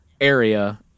area